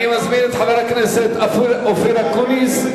אני מזמין את חבר הכנסת אופיר אקוניס.